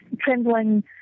trembling